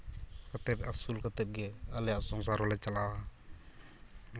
ᱠᱟᱛᱮᱜ ᱟᱹᱥᱩᱞ ᱠᱟᱛᱮᱜ ᱜᱮ ᱟᱞᱮᱭᱟᱜ ᱥᱚᱝᱥᱟᱨ ᱦᱚᱸᱞᱮ ᱪᱟᱞᱟᱣᱟ